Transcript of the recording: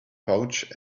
pouch